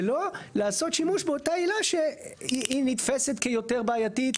ולא לעשות שימוש באותה עילה שהיא נתפסת כיותר בעייתי.